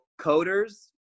coders